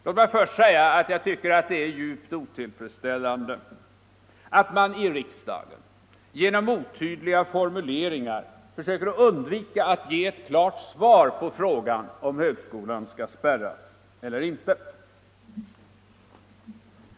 Låt mig då först säga att jag tycker att det är djupt otillfredsställande, att man i riksdagen genom otydliga formuleringar försöker undvika att ge ett klart svar på frågan om högskolan skall spärras eller inte.